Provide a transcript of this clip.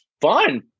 Fun